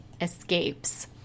escapes